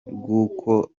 rw’uko